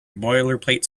boilerplate